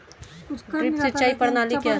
Drip सिंचाई प्रणाली क्या है?